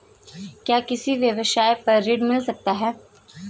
क्या किसी व्यवसाय पर ऋण मिल सकता है?